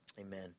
amen